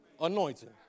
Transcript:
anointing